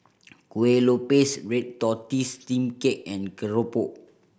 Kueh Lopes red tortoise steamed cake and keropok